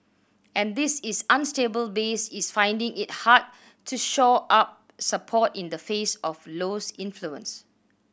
and this is unstable base is finding it hard to shore up support in the face of Low's influence